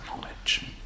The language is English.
knowledge